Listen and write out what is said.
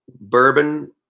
bourbon